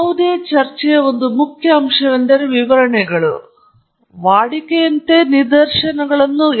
ಯಾವುದೇ ಚರ್ಚೆಯ ಒಂದು ಮುಖ್ಯ ಅಂಶವೆಂದರೆ ವಿವರಣೆಗಳು ಮತ್ತು ನಾವೆಲ್ಲರೂ ವಾಡಿಕೆಯಂತೆ ನಿದರ್ಶನಗಳನ್ನು ಹಾಕುತ್ತೇವೆ